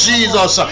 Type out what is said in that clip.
Jesus